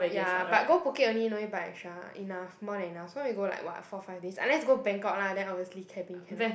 ya but go Phuket only no need buy extra enough more than enough so we go like what four five days unless go Bangkok lah then obviously cabin cannot